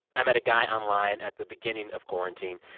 i met a guy online at the beginning of quarantine.